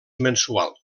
mensual